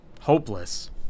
hopeless